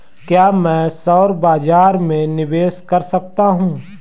क्या मैं शेयर बाज़ार में निवेश कर सकता हूँ?